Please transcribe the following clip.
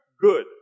good